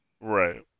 Right